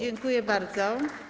Dziękuję bardzo.